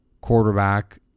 quarterback